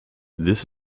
this